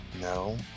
No